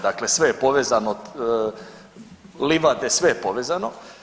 Dakle, sve je povezano, livade, sve je povezano.